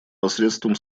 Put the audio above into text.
посредством